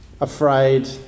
afraid